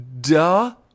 Duh